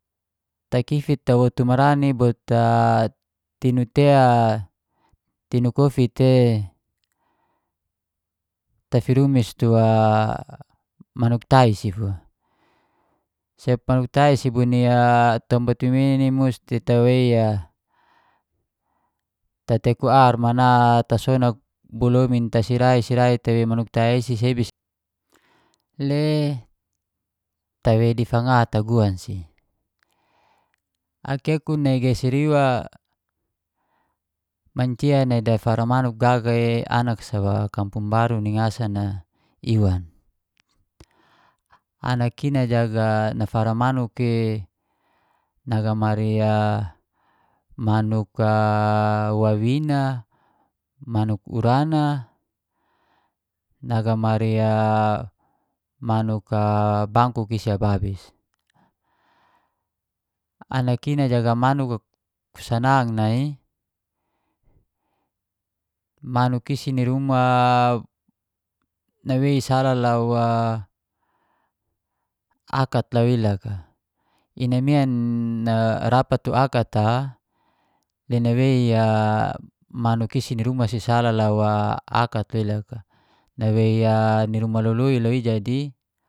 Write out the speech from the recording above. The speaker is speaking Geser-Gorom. Takifit twotu marani bo ta tinu tea, tinu kofi te, tafirumis tua manuk tai si fua. Sebab manuk tai si bua ni a tompat mimian i musti tawei a tateku ar mana tasonak bo lomin, tasirai-sirai tawei manuk tai isi sebi. Le tawai di fanga taguan si, akekun nai geser iwa mancia dafara manuk gaga e anak sa wa kampung baru ni ngasan iwan. Anak i nafara manuk i nagamari manuk wawina. manuk urana, nagamari a manuk bangkok isi ababis. Anak i najaga manuk ku sanang nai i, manuk i si ni ruma nawei salah lau a akat lawei loka, i namian na rapat tu akat a, le nawei manuk isi ni ruma si salah lau a akat lau loka. Nawei a ni ruma luluil a jadi